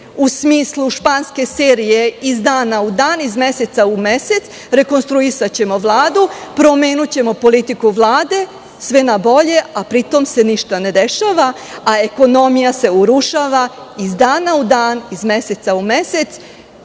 u smislu španske serije iz dana u dan, iz meseca u mesec, rekonstruisaćemo Vladu, promenićemo politiku Vlade, sve na bolje, a pri tome se ništa ne dešava, a ekonomija se urušava iz dana u dan, iz meseca u mesec.